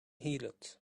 heelot